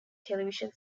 television